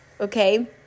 okay